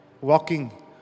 walking